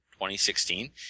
2016